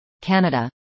Canada